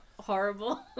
horrible